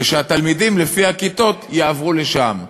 והתלמידים, לפי הכיתות, יעברו לשם.